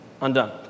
undone